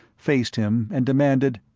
faced him and demanded,